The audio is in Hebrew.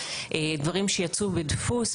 דברים שיצאו בדפוס.